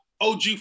OG